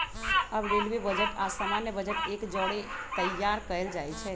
अब railway budget आऽ सामान्य बजट एक जौरे तइयार कएल जाइ छइ